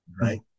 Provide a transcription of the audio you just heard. Right